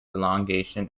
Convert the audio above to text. elongation